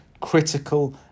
critical